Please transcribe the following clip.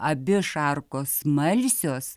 abi šarkos smalsios